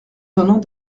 donnant